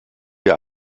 der